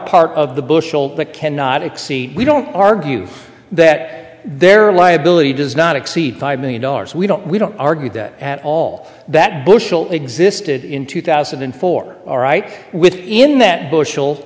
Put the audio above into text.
part of the bushel that cannot exceed we don't argue that there are liability does not exceed five million dollars we don't we don't argue that at all that bushel existed in two thousand and four all right within that bushel